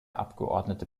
abgeordnete